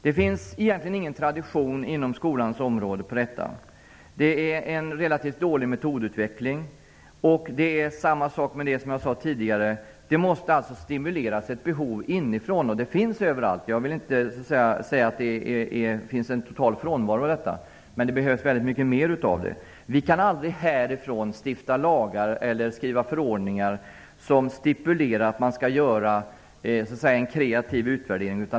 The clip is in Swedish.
Det finns egentligen ingen tradition inom skolan på detta område. Det råder en dålig metodutveckling. Det är precis som jag sade tidigare, dvs. ett behov måste stimuleras inifrån. Det finns ett behov överallt. Jag vill inte säga att det råder en total frånvaro av detta. Men det behövs mer. Vi kan aldrig härifrån stifta lagar eller skriva förordningar som stipulerar att det skall göras en kreativ utvärdering.